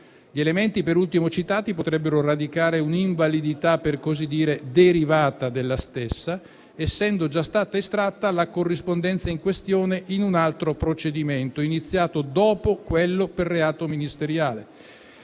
Gli elementi per ultimo citati potrebbero radicare un'invalidità per così dire derivata della stessa, essendo già stata estratta la corrispondenza in questione in un altro procedimento iniziato dopo quello per reato ministeriale.